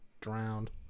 drowned